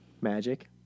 Magic